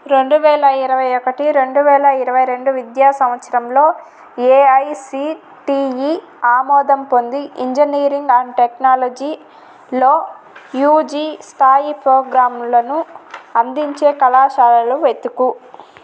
రెండువేల ఇరవై ఒకటి రెండువేల ఇరవై రెండు విద్యా సంవత్సరంలో ఏఐసిటిఈ ఆమోదం పొంది ఇంజనీరింగ్ అండ్ టెక్నాలజీ లో యూజీ స్థాయి ప్రోగ్రాంలను అందించే కళాశాలలు వెతుకు